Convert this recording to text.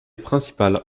principale